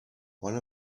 one